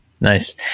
Nice